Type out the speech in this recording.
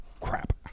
crap